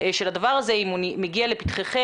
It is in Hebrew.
של הדבר הזה אם הוא מגיע לפתחיכם,